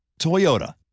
Toyota